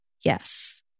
Yes